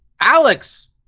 Alex